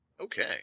Okay